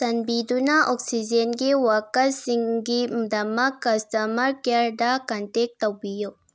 ꯆꯥꯟꯕꯤꯗꯨꯅ ꯑꯣꯛꯁꯤꯖꯦꯟꯒꯤ ꯋꯥꯀꯔꯁꯤꯡꯒꯤꯗꯃꯛ ꯀꯁꯇꯃꯔ ꯀꯤꯌꯔꯗ ꯀꯟꯇꯦꯛ ꯇꯧꯕꯤꯌꯨ